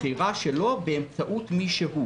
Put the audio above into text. בחירה שלו, באמצעות מי שהוא.